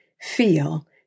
feel